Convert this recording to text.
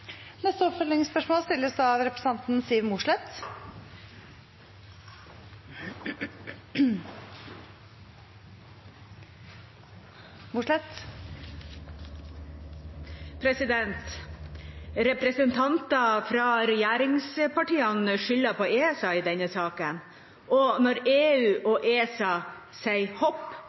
Representanter fra regjeringspartiene skylder på ESA i denne saken. Når EU og ESA sier hopp,